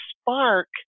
spark